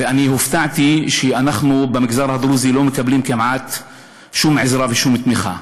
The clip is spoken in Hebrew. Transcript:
ואני הופתעתי שאנחנו במגזר הדרוזי לא מקבלים כמעט שום עזרה ושום תמיכה.